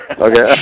Okay